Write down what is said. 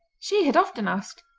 she had often asked,